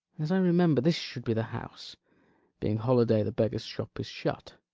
as i remember, this should be the house being holiday, the beggar's shop is shut